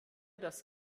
das